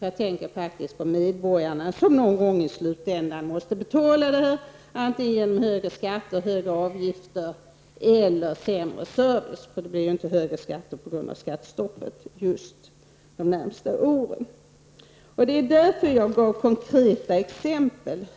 Jag tänker faktiskt på medborgarna, som någon gång i slutändan måste betala detta, antingen med högre skatter och högre avgifter eller med sämre service. Det blir inte högre skatter de närmaste åren på grund av skattestoppet. Det var därför jag gav konkreta exempel.